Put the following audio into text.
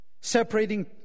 separating